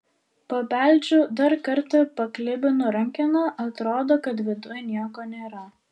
pabeldžiu dar kartą paklibinu rankeną atrodo kad viduj nieko nėra